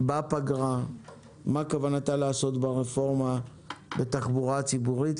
בפגרה מה כוונתה לעשות ברפורמה בתחבורה הציבורית,